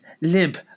limp